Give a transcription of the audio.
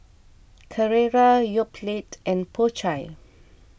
Carrera Yoplait and Po Chai